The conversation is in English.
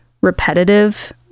repetitive